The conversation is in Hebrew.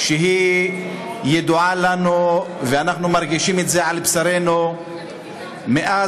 שהיא ידועה לנו ואנחנו מרגישים אותה על בשרנו מאז